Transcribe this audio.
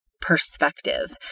perspective